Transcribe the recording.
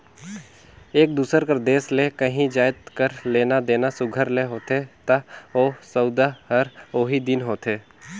एक दूसर कर देस ले काहीं जाएत कर लेना देना सुग्घर ले होथे ता ओ सउदा हर ओही दिन होथे